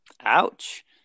ouch